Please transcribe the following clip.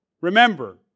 Remember